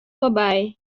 foarby